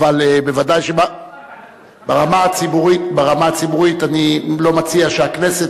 בוודאי שברמה הציבורית אני לא מציע שהכנסת